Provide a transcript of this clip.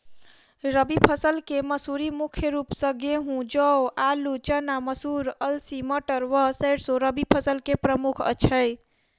रबी फसल केँ मसूरी मुख्य रूप सँ गेंहूँ, जौ, आलु,, चना, मसूर, अलसी, मटर व सैरसो रबी की प्रमुख फसल छै